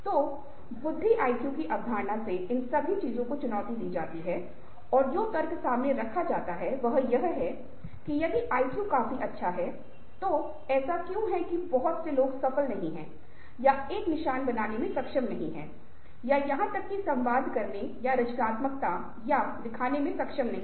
तो बुद्धि आईक्यू की अवधारणा से इन सभी चीजों को चुनौती दी जाती है और जो तर्क सामने रखा जाता है वह यह है कि यदि आईक्यू काफी अच्छा है तो ऐसा क्यों है कि बहुत से लोग सफल नहीं हैं या एक निशान बनाने में सक्षम नहीं हैं या यहां तक कि संवाद करने रचनात्मकता या दिखाने में सक्षम नहीं हैं